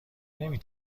نمی